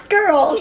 Girl